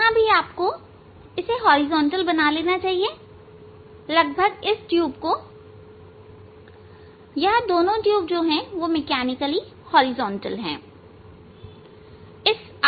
यहां भी इसे आपको हॉरिजॉन्टल बना लेना चाहिए लगभग इस ट्यूब को यह दोनों ट्यूब मैकेनिकल हॉरिजॉन्टल है